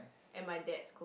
and my dad's cook